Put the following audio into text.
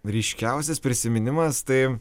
ryškiausias prisiminimas tai